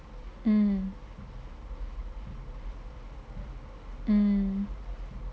mm mm